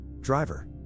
Driver